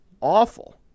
awful